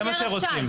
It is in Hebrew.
זה מה שרוצים.